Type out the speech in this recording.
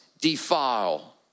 defile